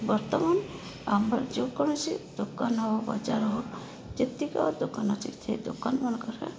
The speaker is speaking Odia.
ବର୍ତ୍ତମାନ ଆମର ଯେକୌଣସି ଦୋକାନ ହଉ ବଜାର ହଉ ଯେତିକ ଦୋକାନ ଅଛି ସେଇ ଦୋକାନ ମାନଙ୍କରେ